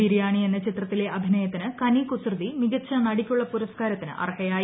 ബിരിയാണി എന്ന ചിത്രത്തിലെ അഭിനയത്തിന് കനി കുസൃതി മികച്ച നടിക്കുള്ള പുരസ്കാരത്തിന് അർഹയായി